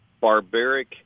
barbaric